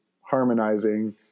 harmonizing